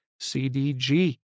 CDG